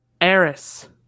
Eris